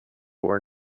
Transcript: where